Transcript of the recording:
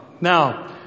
Now